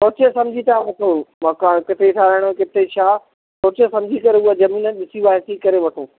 सोचे सम्झी तव्हां वठो मकान किथे छा ठहिराइणो किथे छा सोचे सम्झी करे ज़मीन उहा ज़मीन ॾिसो अची करे वठो